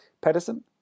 Pedersen